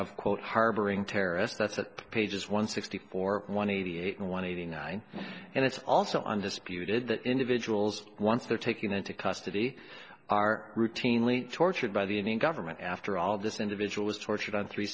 of quote harboring terrorists that's at pages one sixty four one eighty eight and one eighty nine and it's also undisputed that individuals once they're taking into custody are routinely tortured by the indian government after all this individual was tortured on three